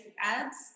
ads